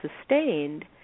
sustained